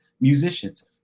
musicians